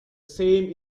same